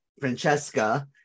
Francesca